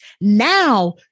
Now